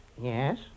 Yes